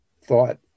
thought